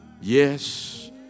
yes